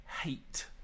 hate